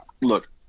Look